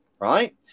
right